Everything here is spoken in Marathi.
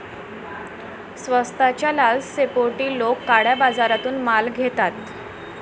स्वस्ताच्या लालसेपोटी लोक काळ्या बाजारातून माल घेतात